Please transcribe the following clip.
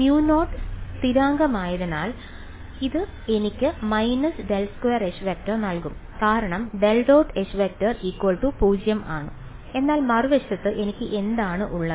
mu naught സ്ഥിരമായതിനാൽ ഇത് എനിക്ക് − ∇2H→ നൽകും കാരണം ∇· H→ 0 എന്നാൽ മറുവശത്ത് എനിക്ക് എന്താണ് ഉള്ളത്